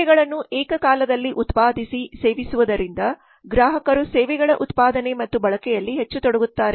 ಸೇವೆಗಳನ್ನು ಏಕಕಾಲದಲ್ಲಿ ಉತ್ಪಾದಿಸಿ ಸೇವಿಸುವುದರಿಂದ ಗ್ರಾಹಕರು ಸೇವೆಗಳ ಉತ್ಪಾದನೆ ಮತ್ತು ಬಳಕೆಯಲ್ಲಿ ಹೆಚ್ಚು ತೊಡಗುತ್ತಾರೆ